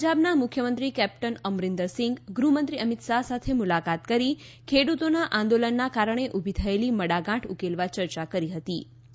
પંજાબના મુખ્યમંત્રી કેપ્ટન અમરિન્દ્રસિંગ ગૃહમંત્રી અમિતશાહ સાથે મુલાકાત કરી ખેડેતોના આંદોલનના કારણે ઉભી થયેલી મડાગાઠ ઉકેલવા ચર્ચા કરશે